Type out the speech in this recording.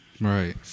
right